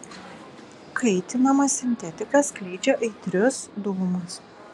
kaitinama sintetika skleidžia aitrius dūmus